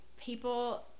People